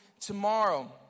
tomorrow